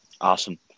Awesome